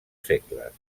segles